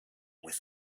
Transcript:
with